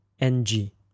N-G